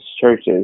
churches